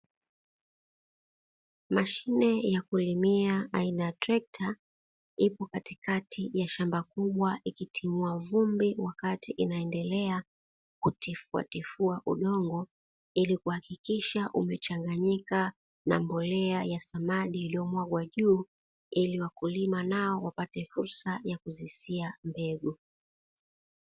Mashine ya kulimia aina ya trekita ipo katikati ya shamba kubwa ikitimua vumbi wakati inaendelea kutifuatifua udongo, ili kuhakikisha umechanganyika na mbolea ya samadi iliyomwagwa juu ili wakulima nao wapate fursa ya kuzisia mbegu.